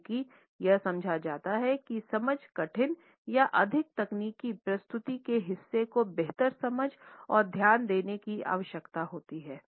क्योंकि यह समझा जाता है कि समझ कठिन या अधिक तकनीकी प्रस्तुति के हिस्से को बेहतर समझ और ध्यान देने की आवश्यकता होती है